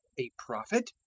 a prophet?